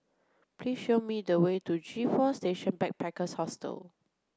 please show me the way to G Four Station Backpackers Hostel